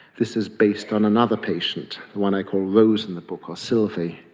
this is based on another patient, one i call rose in the book or sylvie.